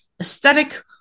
aesthetic